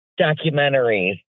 documentaries